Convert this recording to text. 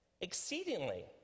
exceedingly